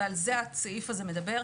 ועל זה הסעיף הזה מדבר,